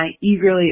eagerly